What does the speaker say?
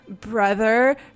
brother